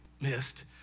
missed